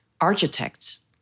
architects